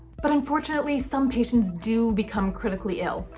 but unfortunately some patients do become critically ill,